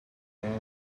ground